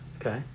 Okay